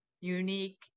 unique